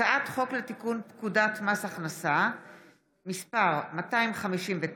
הצעת חוק לתיקון פקודת מס הכנסה (מס' 259),